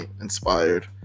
inspired